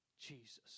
Jesus